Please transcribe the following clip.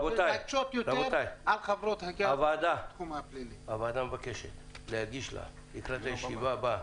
רבותי, הוועדה מבקשת להגיש לה לקראת הישיבה הבאה,